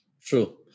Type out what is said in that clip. True